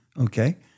okay